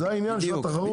זה העניין של התחרות.